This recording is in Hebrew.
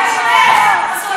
וזו הדרך?